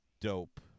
dope